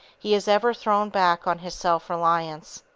he is ever thrown back on his self-reliance.